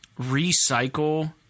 recycle